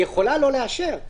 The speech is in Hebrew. היא יכולה לא לאשר,